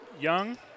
Young